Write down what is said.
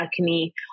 acne